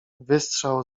wystrzał